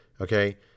Okay